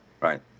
right